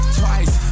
twice